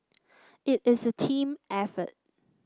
it is a team effort